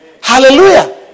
Hallelujah